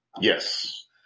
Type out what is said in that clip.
Yes